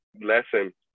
lesson